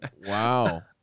Wow